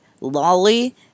lolly